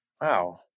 Wow